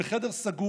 בחדר סגור,